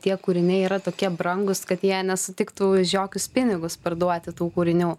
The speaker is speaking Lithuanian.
tie kūriniai yra tokie brangūs kad jie nesutiktų už jokius pinigus parduoti tų kūrinių